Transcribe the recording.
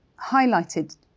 highlighted